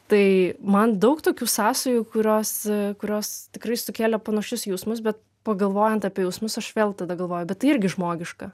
tai man daug tokių sąsajų kurios kurios tikrai sukėlė panašius jausmus bet pagalvojant apie jausmus aš vėl tada galvoju bet tai irgi žmogiška